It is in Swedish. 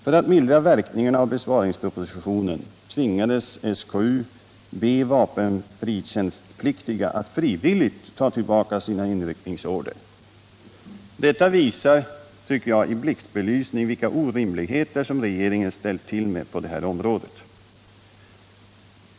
För att mildra verkningarna av besparingspropositionen tvingades SKU be vapenfritjänstpliktiga att frivilligt ta tillbaka sina inryckningsorder. Detta visar, tycker jag, i blixtbelysning vilka orimligheter som regeringen ställt till med på detta område.